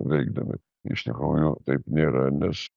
veikdami iš tikrųjų taip nėra nes